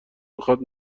میخواد